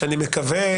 שאני מקווה,